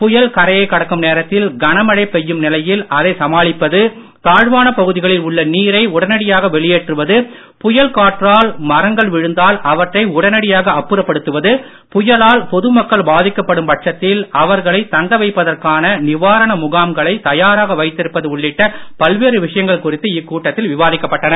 புயல் கரையைக் கடக்கும் நேரத்தில் கனமழை பெய்யும் நிலையில் அதை சமாளிப்பது தாழ்வானப் பகுதிகளில் உள்ள நீரை உடனடியாக வெளியேற்றுவது புயல் காற்றால் மரங்கள் விழுந்தால் அவற்றை உடனடியாக அப்புறப்படுத்துவது புயலால் பொது மக்கள் பாதிக்கப்படும் பட்சத்தில் அவர்களை தங்க வைப்பதற்கான நிவாரண முகாம்களை தயாராக வைத்திருப்பது உள்ளிட்ட பல்வேறு விஷயங்கள் குறித்து இக்கூட்டத்தில் விவாதிக்கப்பட்டன